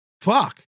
fuck